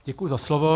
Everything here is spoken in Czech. Děkuji za slovo.